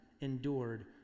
endured